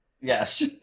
yes